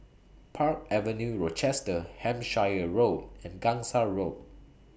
Park Avenue Rochester Hampshire Road and Gangsa Road